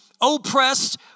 oppressed